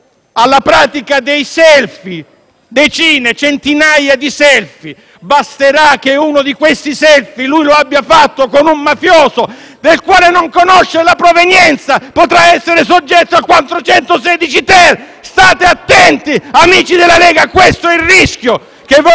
alla pratica dei *selfie*. Si tratta di decine e centinaia di *selfie*. Basterà che uno di questi sia fatto con un mafioso del quale non conosce la provenienza e potrà essere soggetto al 416-*ter*! State attenti, amici della Lega. Questo è il rischio che voi